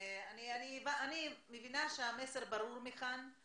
אני מבינה שהמסר מכאן ברור.